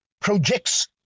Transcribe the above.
projects